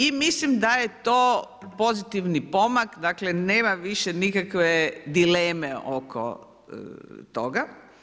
I mislim da je to pozitivni pomak, dakle nema više nikakve dileme oko toga.